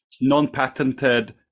non-patented